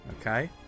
Okay